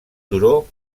turó